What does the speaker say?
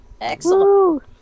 Excellent